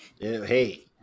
Hey